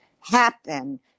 happen